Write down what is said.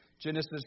Genesis